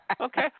Okay